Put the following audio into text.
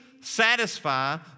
satisfy